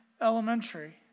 elementary